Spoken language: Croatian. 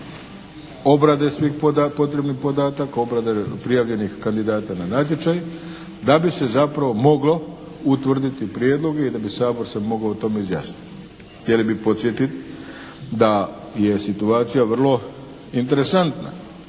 obrade svih potrebnih podataka. Obrade prijavljenih kandidata na natječaj da bi se zapravo moglo utvrditi prijedloge i da bi Sabor se mogao o tome izjasniti. Htjeli bi podsjetiti da je situacija vrlo interesantna.